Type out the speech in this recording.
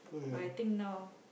but I think now